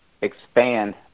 expand